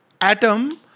atom